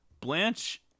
Blanche